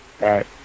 Right